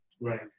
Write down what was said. Right